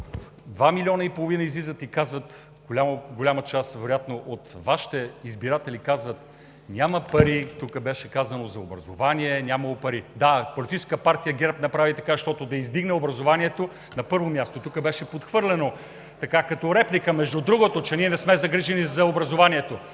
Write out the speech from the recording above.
два милиона и половина излизат и казват, голяма част вероятно от Вашите избиратели казват: няма пари – тук беше казано – за образование нямало пари. Да, Политическа партия ГЕРБ направи така, щото да издигне образованието на първо място. Тук беше подхвърлено, така като реплика, между другото, че ние не сме загрижени за образованието.